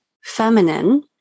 feminine